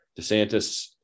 DeSantis